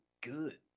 good